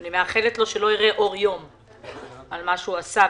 שאני מאחלת לו שלא יראה יותר אור יום בשל מה שהוא עשה,